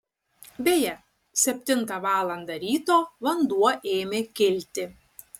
beje septintą valandą ryto vanduo ėmė kilti